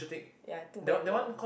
ya two bank loan